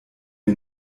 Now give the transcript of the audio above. mir